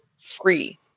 free